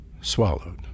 swallowed